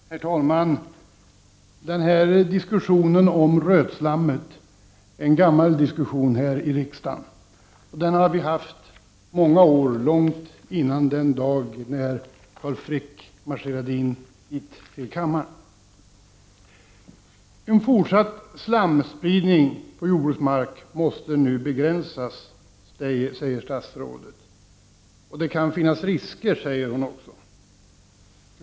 Herr talman! Diskussionen om rötslammet är en gammal fråga här i riksdagen. Vi har debatterat den under många år, långt innan den dag då Carl Frick marscherade in hit i kammaren. En fortsatt slamspridning på jordbruksmark måste begränsas, säger statsrådet. Hon säger också att denna spridning kan innebära risker.